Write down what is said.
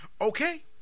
Okay